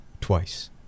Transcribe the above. Twice